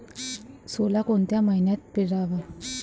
सोला कोन्या मइन्यात पेराव?